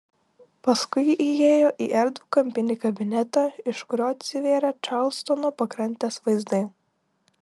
paskui įėjo į erdvų kampinį kabinetą iš kurio atsivėrė čarlstono pakrantės vaizdai